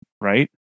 right